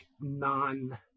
non